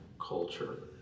culture